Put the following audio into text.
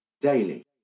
daily